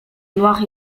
noir